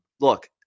look